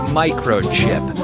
microchip